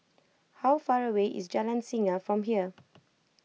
how far away is Jalan Singa from here